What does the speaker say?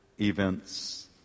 events